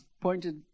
pointed